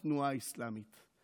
התנועה האסלאמית.